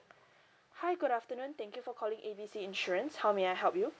hi good afternoon thank you for calling A B C insurance how may I help you